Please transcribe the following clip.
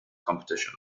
competition